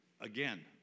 again